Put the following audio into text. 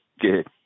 good